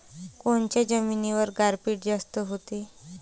कोनच्या जमिनीवर गारपीट जास्त व्हते?